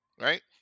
Right